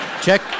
Check